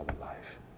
life